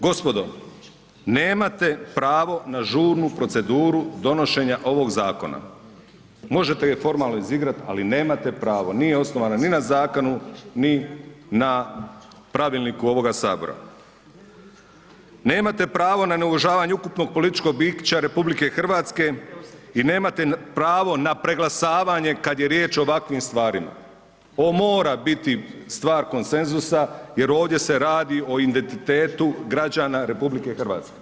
Gospodo, nemate pravo na žurnu proceduru donošenja ovog zakona, možete je formalno izigrat, ali nemate pravo, nije osnovana ni na zakonu, ni na Pravilniku ovoga HS, nemate pravo na neuvažavanje ukupnog političkog bića RH i nemate pravo na preglasavanje kad je riječ o ovakvim stvarima, on mora biti stvar konsenzusa jer ovdje se radi o identitetu građana RH.